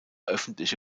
öffentliche